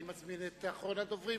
אני מזמין את אחרון הדוברים,